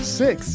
six